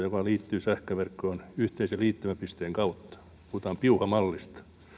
joka liittyy sähköverkkoon yhteisen liittymäpisteen kautta puhutaan piuhamallista ja